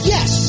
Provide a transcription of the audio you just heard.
Yes